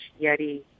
Yeti